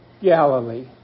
Galilee